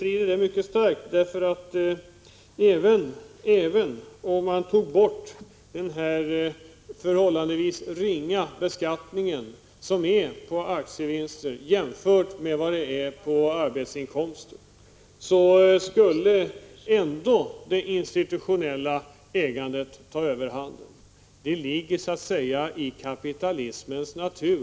Även om man tog bort den jämfört med vad som gäller för arbete förhållandevis ringa beskattningen på aktievinster, skulle det institutionella ägandet ta överhanden. Det ligger i kapitalismens natur.